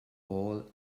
all